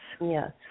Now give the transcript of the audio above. Yes